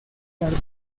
las